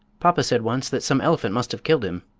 papa said once that some elephant must have killed him.